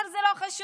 כל זה לא חשוב.